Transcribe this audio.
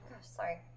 Sorry